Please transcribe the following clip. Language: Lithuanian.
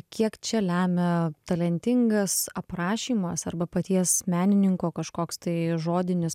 kiek čia lemia talentingas aprašymas arba paties menininko kažkoks tai žodinis